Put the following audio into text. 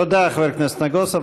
תודה, חבר הכנסת נגוסה.